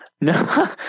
no